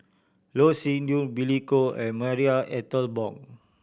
Loh Sin Yun Billy Koh and Marie Ethel Bong